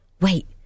Wait